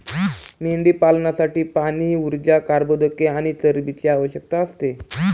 मेंढीपालनासाठी पाणी, ऊर्जा, कर्बोदके आणि चरबीची आवश्यकता असते